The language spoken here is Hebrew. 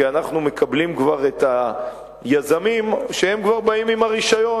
כי אנחנו מקבלים את היזמים כשהם כבר באים עם הרשיון.